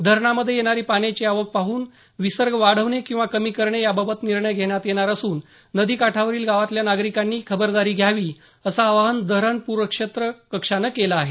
धरणामध्ये येणारी पाण्याची आवक पाहून विसर्ग वाढवणे किंवा कमी करणे बाबत निर्णय घेण्यात येणार असून नदी काठावरील गावातल्या नागरिकांनी खबरदारी घ्यावी असं आवाहन धरण पूरनियंत्रण कक्षानं केलं आहे